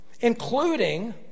including